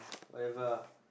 whatever ah